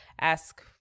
ask